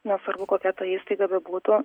nesvarbu kokia ta įstaiga bebūtų